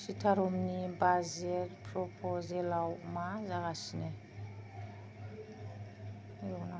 सितारमनि budget प्रप'जेलाव मा जागासिनो